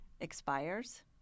expires